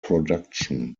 production